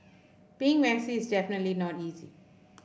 being messy is definitely not easy